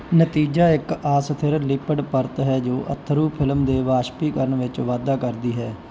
ਨਤੀਜਾ ਇੱਕ ਅਸਥਿਰ ਲਿਪਿਡ ਪਰਤ ਹੈ ਜੋ ਅੱਥਰੂ ਫ਼ਿਲਮ ਦੇ ਵਾਸ਼ਪੀਕਰਨ ਵਿੱਚ ਵਾਧਾ ਕਰਦੀ ਹੈ